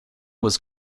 was